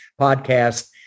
podcast